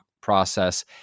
process